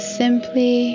simply